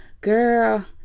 girl